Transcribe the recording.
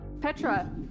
Petra